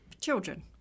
children